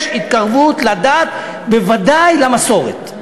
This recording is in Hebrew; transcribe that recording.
יש התקרבות לדת, בוודאי למסורת.